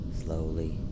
slowly